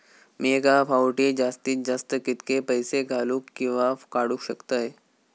मी एका फाउटी जास्तीत जास्त कितके पैसे घालूक किवा काडूक शकतय?